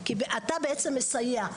כי אתה בעצם מסייע.